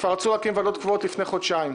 רצו להקים ועדות קבועות כבר לפני חודשיים,